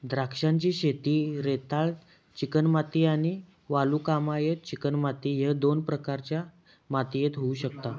द्राक्षांची शेती रेताळ चिकणमाती आणि वालुकामय चिकणमाती ह्य दोन प्रकारच्या मातीयेत होऊ शकता